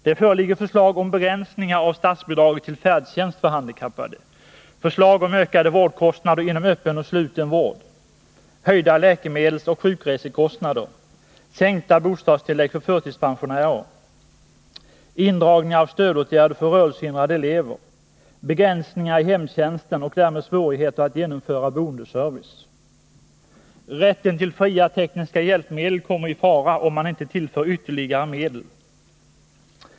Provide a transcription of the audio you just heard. Det föreligger förslag om begränsningar av statsbidraget till färdtjänst för handikappade, förslag om ökade vårdkostnader inom öppen och sluten vård, höjda läkemedelsoch sjukresekostnader, sänkta bostadstillägg för förtidspensionärer, indragningar av stödåtgärder för rörelsehindrade elever, begränsningar i hemtjänsten och därmed svårigheter att genomföra boendeservice. Rätten till fria tekniska hjälpmedel kommer i fara om man inte tillför ytterligare medel.